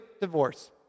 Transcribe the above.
divorce